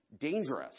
dangerous